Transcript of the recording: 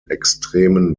extremen